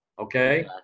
okay